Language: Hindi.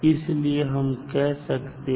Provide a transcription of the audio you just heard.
इसलिए हम कह सकते हैं